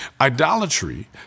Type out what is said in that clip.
Idolatry